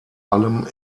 allem